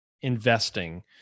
investing